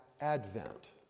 advent